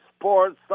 sports